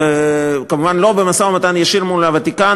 כמובן לא במשא-ומתן ישיר מול הוותיקן,